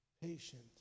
patient